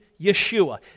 Yeshua